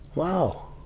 wow,